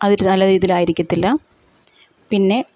നല്ല രീതിയിലായിരിക്കത്തില്ല പിന്നെ